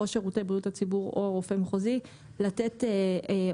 ראש שירותי בריאות הציבור או רופא מחוזי לתת הוראה